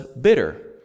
bitter